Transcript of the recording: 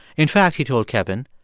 in fact, he told kevin,